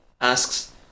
asks